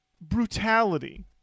Brutality